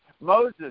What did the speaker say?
Moses